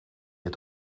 het